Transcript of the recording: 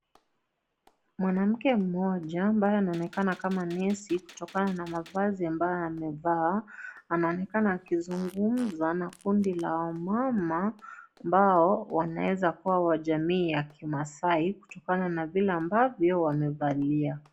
Mwanamke mmoja ambaye anaonekana kama nesi kutokana naavazi ambayo amevaa ,anaonekana akizungumza na kundi la wamama ambao wanaweza kuwa wajamii ya kimaasai kutokana na vile ambavyo wamevalia.